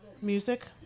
Music